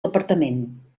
departament